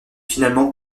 finalement